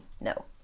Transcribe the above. No